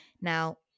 Now